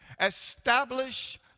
establish